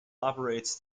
operates